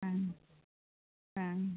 ആ ആ